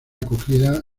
acogida